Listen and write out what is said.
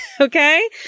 Okay